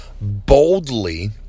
boldly